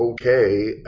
okay